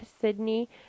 Sydney